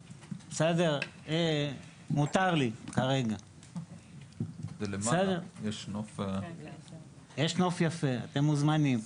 מותר לי כרגע, יש נוף יפה אתם מוזמנים.